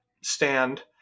stand